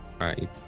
right